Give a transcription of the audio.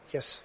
Yes